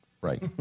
Right